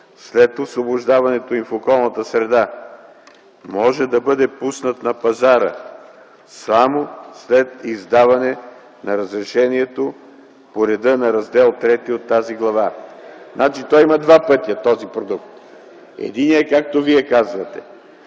след освобождаването й в околната среда, може да бъде пуснат на пазара само след издаване на разрешението по реда на Раздел ІІІ от тази глава.” Значи този продукт има два пътя. Единият, както Вие казвате,